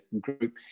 group